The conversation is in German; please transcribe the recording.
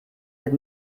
wird